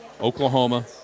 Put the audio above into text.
Oklahoma